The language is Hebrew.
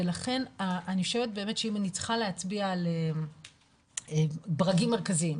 ולכן אני חושבת שאם אני צריכה להצביע על ברגים מרכזיים,